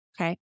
Okay